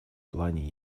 плане